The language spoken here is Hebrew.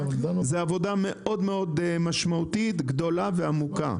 זו עבודה משמעותית, גדולה ועמוקה.